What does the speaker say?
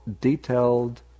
detailed